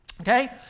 okay